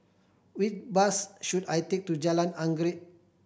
which bus should I take to Jalan Anggerek